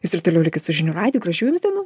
jūs ir toliau likit su žinių radiju gražių jums dienų